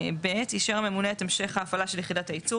(ב) אישר הממונה את המשך ההפעלה של יחידת הייצור,